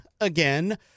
again